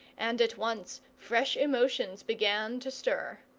and at once fresh emotions began to stir.